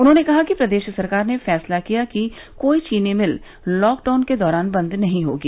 उन्होंने कहा कि प्रदेश सरकार ने फैंसला किया कि कोई चीनी मिल लॉकडाउन के दौरान बंद नहीं होगी